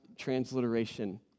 Transliteration